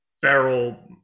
feral